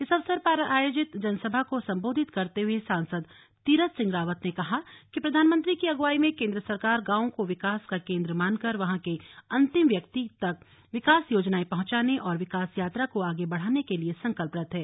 इस अवसर पर आयोजित जनसभा को संबोधित करते हुए सांसद तीरथ सिंह रावत ने कहा कि प्रधानमंत्री की अगुवाई में केंद्र सरकार गांव को विकास का केंद्र मानकर वहां के अंतिम व्यक्ति तक विकास योजनाएं पहुंचाने और विकास यात्रा को आगे बढ़ाने के लिए संकल्परत है